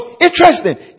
interesting